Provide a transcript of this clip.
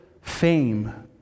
fame